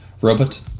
Robot